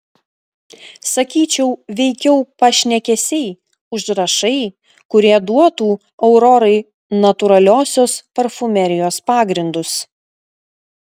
sakyčiau veikiau pašnekesiai užrašai kurie duotų aurorai natūraliosios parfumerijos pagrindus